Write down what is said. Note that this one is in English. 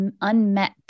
unmet